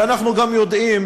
ואנחנו גם יודעים